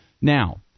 Now